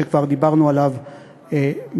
שכבר דיברנו עליו קודם.